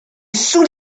stood